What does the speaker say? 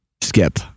skip